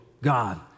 God